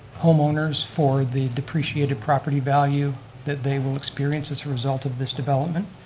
homeowners for the depreciated property value that they will experience as a result of this development?